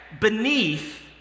Beneath